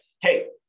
hey